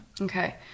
Okay